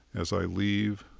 as i leave,